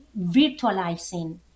virtualizing